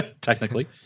technically